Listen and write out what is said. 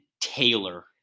Taylor